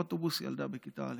אוטובוס, ילדה בכיתה א'.